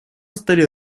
столе